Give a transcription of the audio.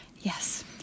yes